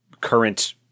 current